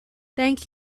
thank